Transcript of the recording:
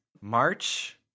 March